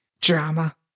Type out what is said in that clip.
drama